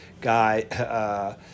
guy